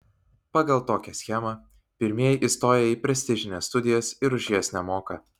pagal tokią schemą pirmieji įstoja į prestižines studijas ir už jas nemoka